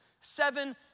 seven